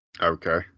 Okay